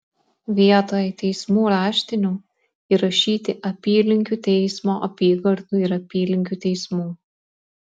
vietoj teismų raštinių įrašyti apylinkių teismo apygardų ir apylinkių teismų